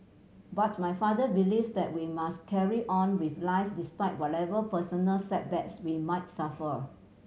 but my father believes that we must carry on with life despite whatever personal setbacks we might suffer